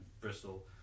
Bristol